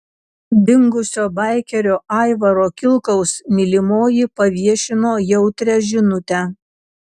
dingusio baikerio aivaro kilkaus mylimoji paviešino jautrią žinutę